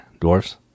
Dwarves